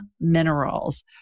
Minerals